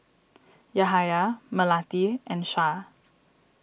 Yahaya Melati and Shah